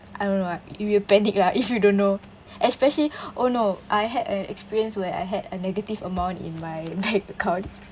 I don't know what you will panic lah if you don't know especially oh no I had an experience where I had a negative amount in my bank account